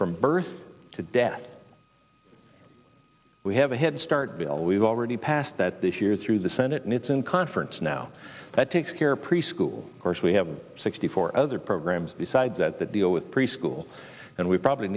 from birth to death we have a head start bill we've already passed that this year through the senate and it's in conference now that takes care preschool course we have sixty four other programs besides that that deal with preschool and we probably